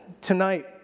tonight